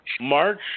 March